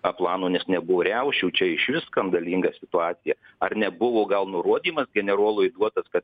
a plano nes nebuvo riaušių čia išvis skandalinga situacija ar nebuvo gal nurodymas generolui duotas kad